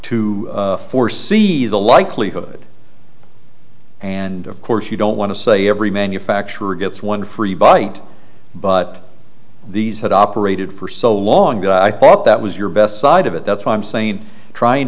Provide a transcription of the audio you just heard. to foresee the likelihood and of course you don't want to say every manufacturer gets one free bite but these had operated for so long that i thought that was your best side of it that's what i'm saying trying